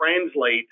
translate